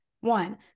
one